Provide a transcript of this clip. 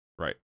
Right